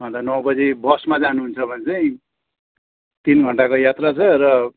अन्त नौ बजी बसमा जानु हुन्छ भने चाहिँ तिन घण्टाको यात्रा छ र